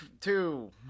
two